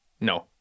No